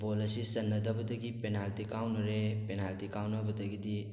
ꯕꯣꯜ ꯑꯁꯤ ꯆꯟꯅꯗꯕꯗꯒꯤ ꯄꯦꯂꯥꯜꯇꯤ ꯀꯥꯎꯅꯔꯦ ꯄꯦꯅꯥꯜꯇꯤ ꯀꯥꯎꯅꯕꯗꯒꯤꯗꯤ